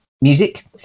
Music